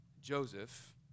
Joseph